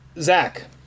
zach